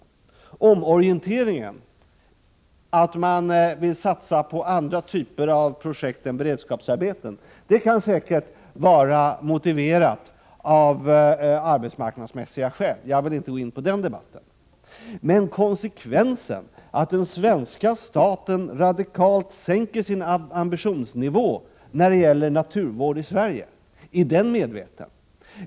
Den omorientering som går ut på att man vill satsa på andra typer av projekt än beredskapsarbeten kan säkert vara motiverad av arbetsmarknadsmässiga skäl. Jag vill inte gå in på den debatten. Men konsekvensen, att den svenska staten radikalt sänker sin ambitionsnivå när det gäller naturvård i Sverige — är den medveten?